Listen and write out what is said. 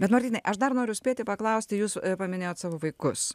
bet martynai aš dar noriu spėti paklausti jūsų paminėjot savo vaikus